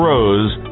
Rose